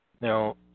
Now